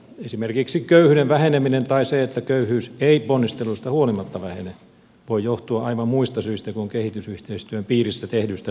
esimerkiksi köyhyyden väheneminen tai se että köyhyys ei ponnisteluista huolimatta vähene voi johtua aivan muista syistä kuin kehitysyhteistyön piirissä tehdyistä toimista